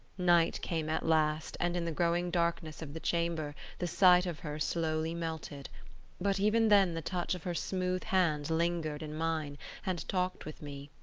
night came at last, and in the growing darkness of the chamber, the sight of her slowly melted but even then the touch of her smooth hand lingered in mine and talked with me.